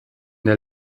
der